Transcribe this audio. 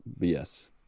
BS